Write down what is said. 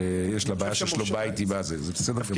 שיש לה בעיה של שלום בית עם זה, זה בסדר גמור.